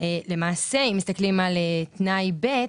למעשה אם מסתכלים על תנאי ב',